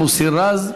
חבר הכנסת מוסי רז,